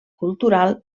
cultural